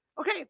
okay